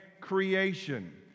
creation